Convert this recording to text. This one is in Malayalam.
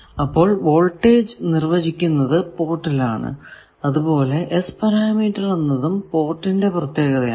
അപ്പോൾ വോൾടേജ് നിർവചിക്കുന്നത് പോർട്ടിൽ ആണ് അതുപോലെ S പാരാമീറ്റർ എന്നതും പോർട്ടിന്റെ പ്രത്യേകതയാണ്